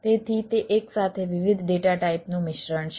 તેથી તે એકસાથે વિવિધ ડેટા ટાઈપનું મિશ્રણ છે